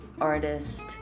artist